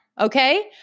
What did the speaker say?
okay